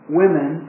women